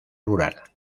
rural